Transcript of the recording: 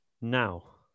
now